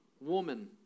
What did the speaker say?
Woman